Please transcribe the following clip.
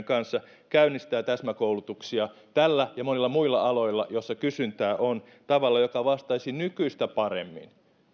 kanssa käynnistää täsmäkoulutuksia tällä ja monilla muilla aloilla joilla kysyntää on tavalla joka vastaisi nykyistä paremmin